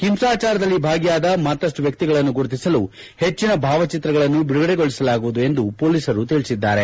ಹಿಂಸಾಚಾರದಲ್ಲಿ ಭಾಗಿಯಾದ ಮತ್ತಷ್ಟು ವ್ಯಕ್ತಿಗಳನ್ನು ಗುರುತಿಸಲು ಹೆಚ್ಚಿನ ಭಾವಚಿತ್ರಗಳನ್ನು ಬಿಡುಗಡೆಗೊಳಿಸಲಾಗುವುದು ಎಂದು ಪೊಲೀಸರು ತಿಳಿಸಿದ್ದಾರೆ